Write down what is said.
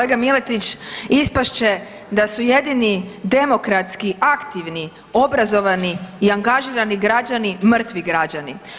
Kolega Miletić, ispast će da su jedini demokratski aktivni obrazovani i angažirani građani, mrtvi građani.